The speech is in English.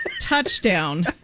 Touchdown